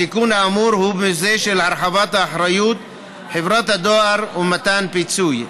התיקון האמור הוא במסווה של הרחבת אחריות חברת הדואר ומתן פיצוי.